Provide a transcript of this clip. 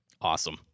Awesome